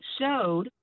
showed